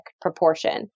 proportion